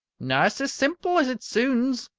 na sae simple as it soonds.